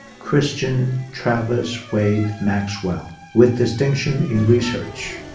christian travis wade maxwell with distinction in research.